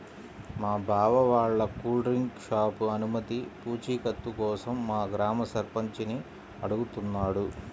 మా బావ వాళ్ళ కూల్ డ్రింక్ షాపు అనుమతి పూచీకత్తు కోసం మా గ్రామ సర్పంచిని అడుగుతున్నాడు